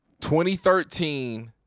2013